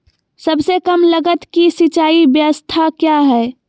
सबसे कम लगत की सिंचाई ब्यास्ता क्या है?